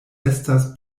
estas